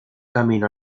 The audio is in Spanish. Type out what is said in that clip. camino